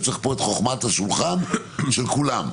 וצריך פה את חוכמת השולחן של כולם,